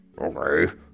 Okay